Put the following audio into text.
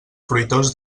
fruitós